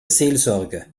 seelsorge